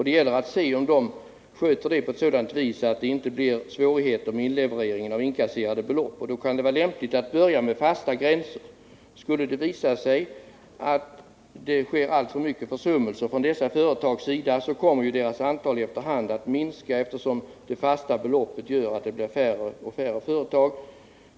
Det gäller att se om de sköter detta på ett sådant sätt att det inte uppstår svårigheter med inlevereringen av inkasserade belopp. Då kan det vara lämpligt att börja med fasta gränser. Skulle det visa sig att det förekommer alltför mycket av försummelser från dessa företags Nr 158 sida kommer ju deras antal efter hand att minska, eftersom det fasta beloppet Måndagen den gör att det blir färre och färre företag.